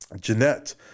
Jeanette